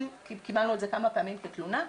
קיבלנו את זה כמה פעמים כתלונה.